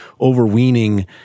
overweening